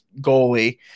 goalie